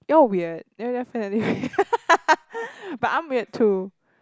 you're weird you're definitely but I'm weird too